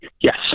Yes